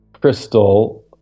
crystal